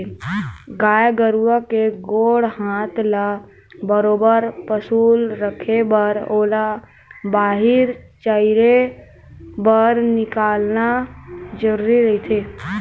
गाय गरुवा के गोड़ हात ल बरोबर पसुल रखे बर ओला बाहिर चराए बर निकालना जरुरीच रहिथे